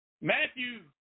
Matthew